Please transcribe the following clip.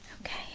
Okay